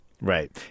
Right